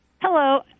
Hello